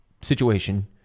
situation